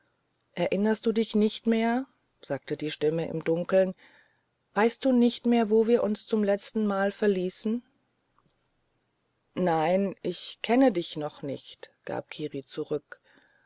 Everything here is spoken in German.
erinnerst du dich nicht mehr sagte die stimme im dunkel weißt du nicht mehr wo wir uns zum letzten mal verließen nein ich kenne dich noch nicht gab kiri zurück